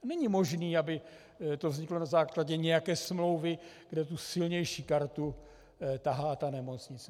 Není možné, aby to vzniklo na základě nějaké smlouvy, kde tu silnější kartu tahá nemocnice.